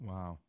Wow